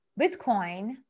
Bitcoin